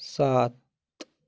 সাত